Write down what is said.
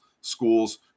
schools